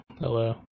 Hello